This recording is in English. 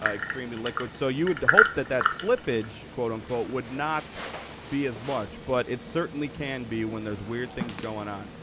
ah extremely liquid. so you would hope that that slippage quote unquote, would not be as much. but it certainly can be when there's weird things going on.